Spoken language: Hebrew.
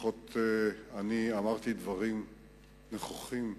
לפחות אמרתי דברים נכוחים,